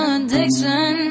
addiction